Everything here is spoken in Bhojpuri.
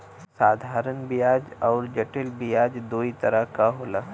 साधारन बियाज अउर जटिल बियाज दूई तरह क होला